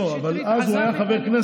אבל מאיר שטרית עזב את הליכוד לפני.